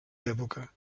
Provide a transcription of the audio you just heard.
època